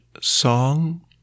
song